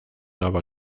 aber